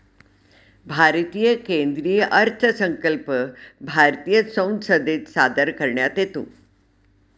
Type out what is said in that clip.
भारतीय केंद्रीय अर्थसंकल्प भारतीय संसदेत सादर करण्यात येतो